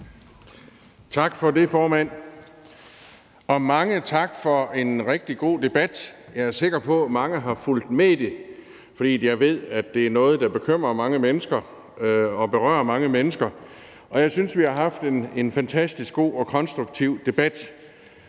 Tak for det, formand. Og mange tak for en rigtig god debat. Jeg er sikker på, at mange har fulgt med i den, for jeg ved, at den handler om noget, der bekymrer og berører mange mennesker, og jeg synes, vi har haft en fantastisk god og konstruktiv debat.